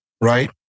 right